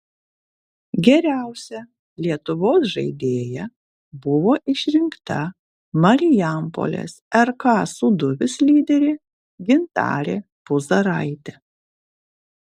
geriausia lietuvos žaidėja buvo išrinkta marijampolės rk sūduvis lyderė gintarė puzaraitė